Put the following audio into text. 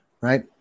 right